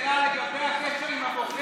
חבר הכנסת בגין, יש לי שאלה לגבי הקשר עם הבוחר.